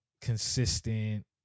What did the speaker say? consistent